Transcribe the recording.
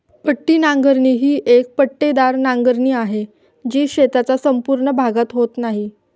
पट्टी नांगरणी ही एक पट्टेदार नांगरणी आहे, जी शेताचा संपूर्ण भागात होत नाही